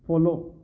follow